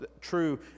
true